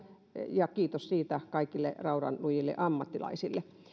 ja kiitos siitä kaikille raudanlujille ammattilaisille